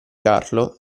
carlo